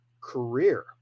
career